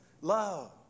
Love